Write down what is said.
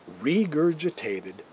regurgitated